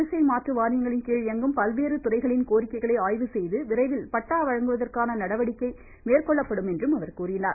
குடிசை மாற்று வாரியங்களின் கீழ் இயங்கும் பல்வேறு துறைகளின் கோரிக்கைகளை ஆய்வு செய்து விரைவில் பட்டா வழங்குவதற்கான நடவடிக்கை மேற்கொள்ளப்படும் என்று அவர் கூறினார்